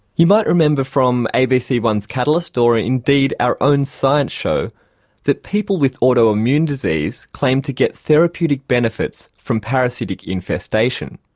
you might remember from a b c one catalyst or indeed our own science show that people with autoimmune disease claim to get therapeutic benefits from parasitic infestation.